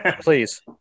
please